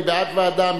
מי בעד ועדה?